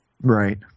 Right